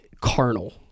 carnal